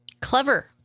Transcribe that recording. Clever